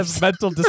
mental